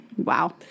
wow